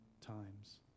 times